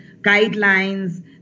guidelines